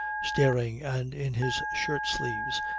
staring and in his shirt sleeves,